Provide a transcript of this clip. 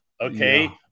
Okay